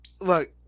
look